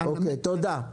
תודה.